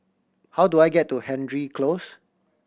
how do I get to Hendry Close